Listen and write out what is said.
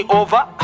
over